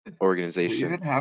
organization